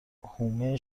حومه